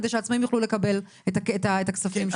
כדי שהעצמאים יוכלו לקבל את הכספים שלהם.